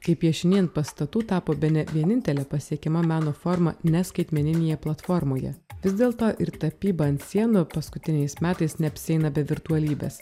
kai piešiniai ant pastatų tapo bene vienintele pasiekiama meno forma ne skaitmeninėje platformoje vis dėlto ir tapyba ant sienų paskutiniais metais neapsieina be virtualybės